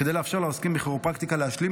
וכדי לאפשר לעוסקים בכירופרקטיקה להשלים